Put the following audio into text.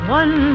one